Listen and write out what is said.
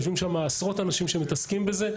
יושבים שם עשרות אנשים שמתעסקים בזה,